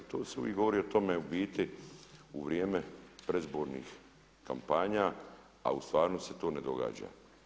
To se uvijek govori o tome u biti u vrijeme predizbornih kampanja, a u stvarnosti se to ne događa.